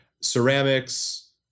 ceramics